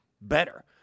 better